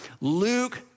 Luke